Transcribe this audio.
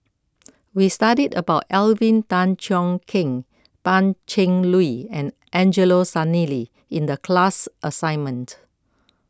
we studied about Alvin Tan Cheong Kheng Pan Cheng Lui and Angelo Sanelli in the class assignment